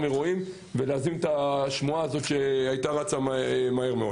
אירועים ולהפסיק את השמועה שרצה מהר מאוד.